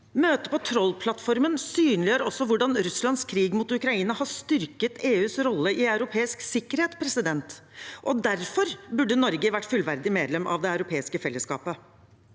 Møtet på Troll-plattformen synliggjør også hvordan Russlands krig mot Ukraina har styrket EUs rolle i europeisk sikkerhet. Derfor burde Norge vært fullverdig medlem av det europeiske fellesskapet.